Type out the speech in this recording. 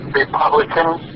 republicans